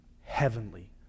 heavenly